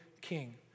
king